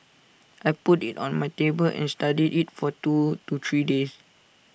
I put IT on my table and studied IT for two to three days